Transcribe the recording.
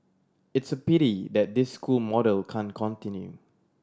it's a pity that this school model can't continue